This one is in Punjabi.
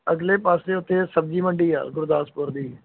ਅਗਲੇ ਪਾਸੇ ਉੱਥੇ ਸਬਜ਼ੀ ਮੰਡੀ ਆ ਗੁਰਦਾਸਪੁਰ ਦੀ